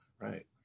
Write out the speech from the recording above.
Right